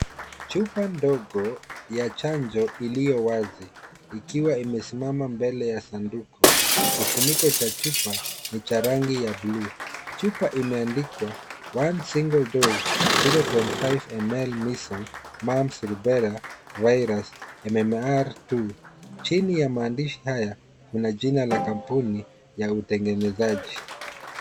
Chupa mdogo ya chanjo iliyo wazi ikiwa imesimama mbele ya sanduku. Kifuniko cha chupa ni cha rangi ya bluu, chupa imeandikwa (CS)one single dose 0.5 mls, measles, mumps, rubella MMR2(CS), chini ya maandishi haya kuna jina la kampuni ya utengenezaji.